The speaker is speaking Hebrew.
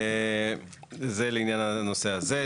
זה לעניין הנושא הזה.